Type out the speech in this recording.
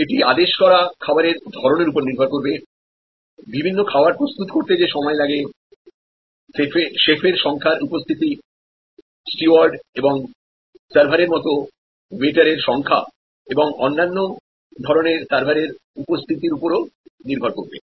এটি আদেশ করা খাবারের ধরণের উপর নির্ভর করবে বিভিন্ন খাবার প্রস্তুত করতে যে সময় লাগে শেফের সংখ্যার উপস্থিতি স্টুয়ার্ড এবং সার্ভারের মতো ওয়েটারের সংখ্যা এবং অন্যান্য ধরণের সার্ভারের উপস্থিতি উপর ও নির্ভর করবে